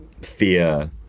fear